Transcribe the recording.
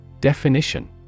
Definition